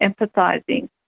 empathizing